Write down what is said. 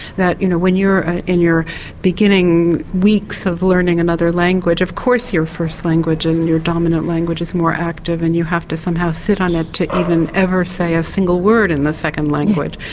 that you know when you're in your beginning weeks of learning another language of course your first language and your dominant language is more active and you have to somehow sit on it to even say a single word in the second language.